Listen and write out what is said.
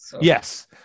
Yes